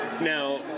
Now